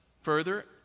further